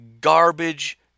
garbage—